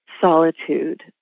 solitude